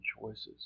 choices